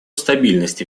стабильности